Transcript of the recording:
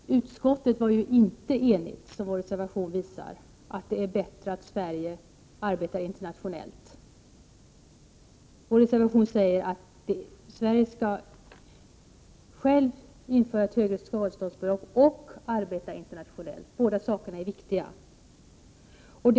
Herr talman! Utskottet var inte enigt, Rolf Dahlberg — det framgår också av vår reservation — om att det är bättre att Sverige arbetar internationellt för att åstadkomma förbättringar på detta område. I reservationen säger vi att Sverige skall både självt införa ett högre skadeståndsbelopp och arbeta internationellt. Dessa båda saker är alltså viktiga.